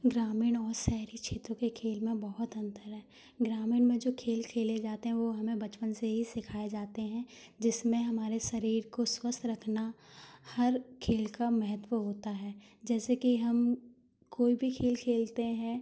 ग्रामीण और शहरी क्षेत्र के खेलों में बहुत अंतर है ग्रामीण में जो खेल खेले जाते हैं वो हमें बचपन से ही सिखाए जाते हैं जिसमें हमारे शरीर को स्वस्थ रखना हर खेल का महत्व होता है जैसे कि हम कोई भी खेल खेलते हैं